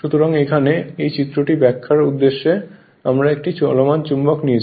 সুতরাং এখানে এই চিত্রটি ব্যাখ্যার উদ্দেশ্যে আমরা একটি চলমান চুম্বক নিয়েছি